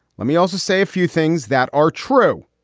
let me also say a few things that are true.